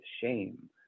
shame